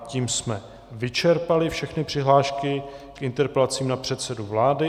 Tím jsme vyčerpali všechny přihlášky k interpelacím na předsedu vlády.